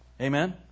Amen